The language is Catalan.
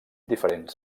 diferents